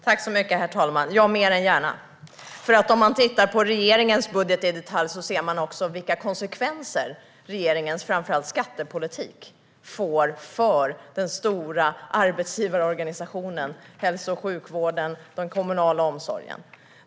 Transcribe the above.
Herr talman! Mer än gärna, för om man tittar på regeringens budget i detalj ser man framför allt vilka konsekvenser regeringens skattepolitik får för den stora arbetsgivarorganisation som är hälso och sjukvården och den kommunala omsorgen.